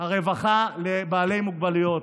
הרווחה לבעלי מוגבלויות.